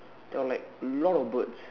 there were like a lot of birds